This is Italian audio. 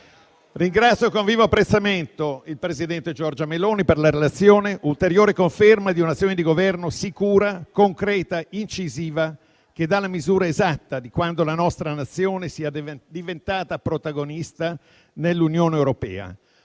Ringrazio con vivo apprezzamento il presidente Giorgia Meloni per la relazione, ulteriore conferma di un'azione di Governo sicura, concreta, incisiva, che dà la misura esatta di quanto la nostra Nazione sia diventata protagonista nell'Unione europea,